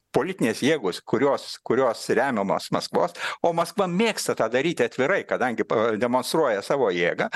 politinės jėgos kurios kurios remiamas maskvos o maskva mėgsta tą daryti atvirai kadangi pademonstruoja savo jėgą